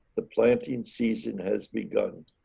the planting season has begun.